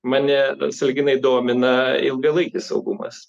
mane sąlyginai domina ilgalaikis saugumas